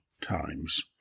times